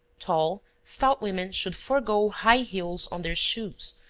tall, stout women should forego high heels on their shoes,